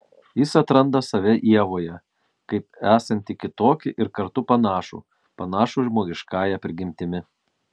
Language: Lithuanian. jis atranda save ievoje kaip esantį kitokį ir kartu panašų panašų žmogiškąja prigimtimi